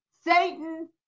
Satan